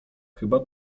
chyba